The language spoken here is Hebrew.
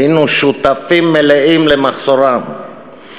היינו שותפים מלאים למחסורם.